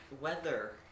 Weather